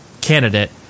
candidate